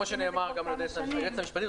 כמו שנאמר גם על ידי היועצת המשפטית,